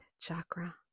chakra